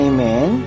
Amen